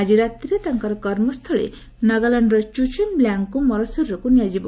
ଆକି ରାତିରେ ତାଙ୍କର କର୍ମସ୍ଥଳୀ ନାଗାଲ୍ୟାଣ୍ଡର ଚୁଚୁଞ୍ଦିମ୍ଲ୍ୟାଙ୍ଗ୍କୁ ମରଶରୀରକୁ ନିଆଯିବ